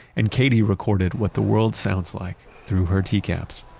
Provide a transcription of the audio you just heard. and katie recorded what the world sounds like through her tcaps